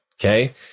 Okay